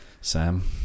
sam